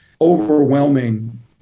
overwhelming